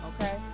Okay